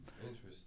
Interesting